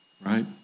right